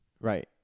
Right